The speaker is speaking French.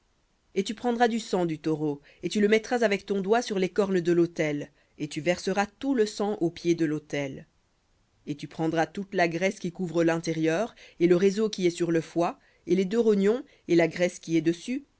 et tu prendras du sang du taureau et tu le mettras avec ton doigt sur les cornes de l'autel et tu verseras tout le sang au pied de lautel et tu prendras toute la graisse qui couvre l'intérieur et le réseau qui est sur le foie et les deux rognons et la graisse qui est dessus